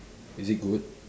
is it good